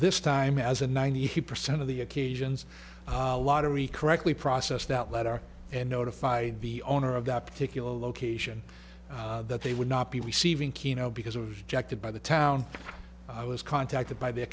this time as a ninety percent of the occasions lottery correctly process that letter and notified the owner of that particular location that they would not be receiving keno because it was jacked up by the town i was contacted